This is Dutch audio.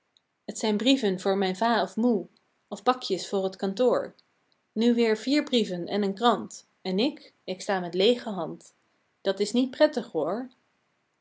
zijn brieven voor mijn va of moe of pakjes voor t kantoor nu weer vier brieven en een krant en ik ik sta met leêge hand dat is niet prettig hoor